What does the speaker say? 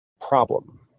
problem